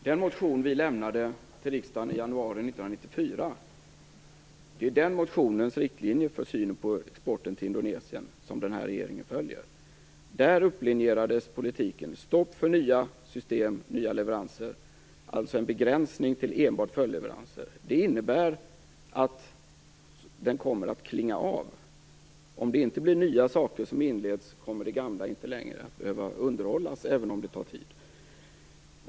Fru talman! Det är riktlinjerna i den motion som vi väckte i riksdagen i januari 1994 som den nuvarande regeringen följer. Där upplinjerades politiken: stopp för nya system och en begränsning till enbart följdleveranser. Det innebär att leveranserna kommer att klinga av. Om inte nya åtaganden görs, kommer det gamla inte längre att behöva underhållas, även om det kommer att ta tid.